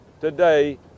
today